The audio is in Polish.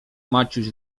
maciuś